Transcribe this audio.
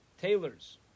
tailors